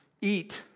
eat